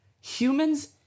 Humans